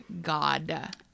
God